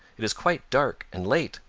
it is quite dark and late!